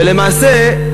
ולמעשה,